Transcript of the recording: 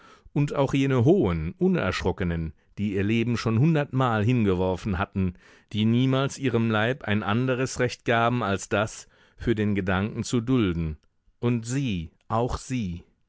und auch jene hohen unerschrockenen die ihr leben schon hundertmal hingeworfen hatten die niemals ihrem leib ein anderes recht gaben als das für den gedanken zu dulden und sie auch sie